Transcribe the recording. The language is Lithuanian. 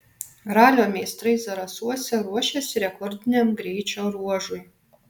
ralio meistrai zarasuose ruošiasi rekordiniam greičio ruožui